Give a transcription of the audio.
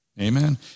amen